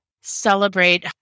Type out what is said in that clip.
celebrate